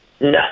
No